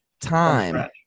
time